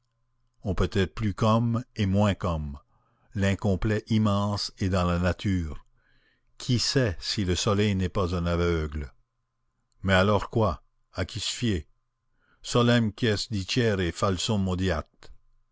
on peut être plus qu'homme et moins qu'homme l'incomplet immense est dans la nature qui sait si le soleil n'est pas un aveugle mais alors quoi à qui se fier solem quis dicere falsum